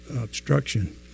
obstruction